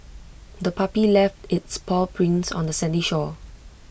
the puppy left its paw prints on the sandy shore